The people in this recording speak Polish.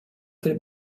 tej